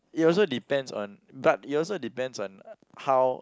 it also depends on but it also depends on how